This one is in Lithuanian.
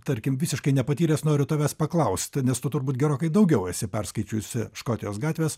tarkim visiškai nepatyręs noriu tavęs paklausti nes tu turbūt gerokai daugiau esi perskaičiusi škotijos gatvės